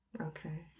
Okay